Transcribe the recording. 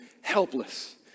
helpless